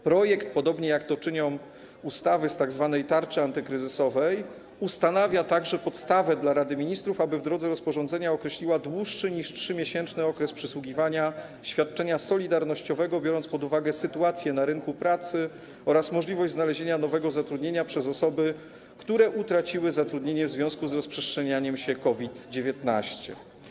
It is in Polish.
Projekt, podobnie jak to czynią ustawy z tzw. tarczy antykryzysowej, ustanawia także podstawę dla Rady Ministrów, aby w drodze rozporządzenia określiła dłuższy niż 3-miesięczny okres przysługiwania świadczenia solidarnościowego, biorąc pod uwagę sytuację na rynku pracy oraz możliwość znalezienia nowego zatrudnienia przez osoby, które utraciły zatrudnienie w związku z rozprzestrzenianiem się COVID-19.